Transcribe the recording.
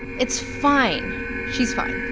it's fine she's fine.